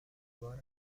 بار